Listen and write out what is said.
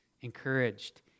encouraged